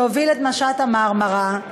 שהוביל את משט ה"מרמרה",